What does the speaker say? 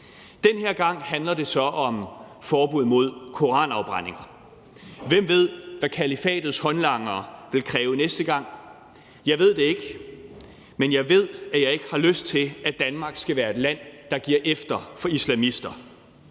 Den her gang handler det så om forbud mod koranafbrændinger. Hvem ved, hvad kalifatets håndlangere vil kræve næste gang. Jeg ved det ikke, men jeg ved, at jeg ikke har lyst til, at Danmark skal være et land, der giver efter for islamister.